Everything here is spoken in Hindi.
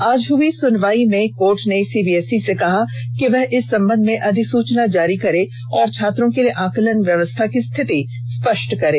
आज हुई सुनवाई में कोर्ट ने सीबीएसई से कहा है कि वह इस संबंध में अधिसूचना जारी करे और छात्रों के लिए आंकलन व्यवस्था की स्थिति स्पष्ट करें